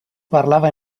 parlava